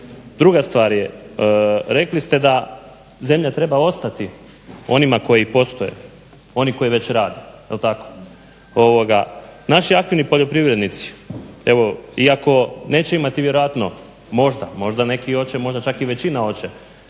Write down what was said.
Druga stvar je, rekli ste da zemlja treba ostati onima koji postoje, oni koji već rade, jel tako. Naši aktivni poljoprivrednici, evo iako neće imati vjerojatno, možda, možda neki i hoće, možda čak i većina hoće,